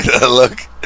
Look